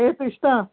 हे शुश्ता